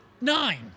nine